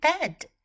bed